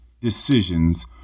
decisions